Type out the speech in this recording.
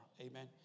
Amen